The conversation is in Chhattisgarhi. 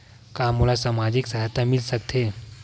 का मोला सामाजिक सहायता मिल सकथे?